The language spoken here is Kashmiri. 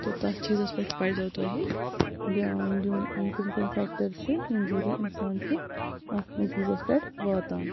تہٕ تَتھ چیٖزَس پٮ۪ٹھ پَزوٕ تۄہہِ دھیٛان دیٛن یِم کٕم کٕم فیٚکٹَر چھِ ییٚمہِ ذٔریعہِ اِنسان چھُ اَتھ نٔتیٖجَس پٮ۪ٹھ واتان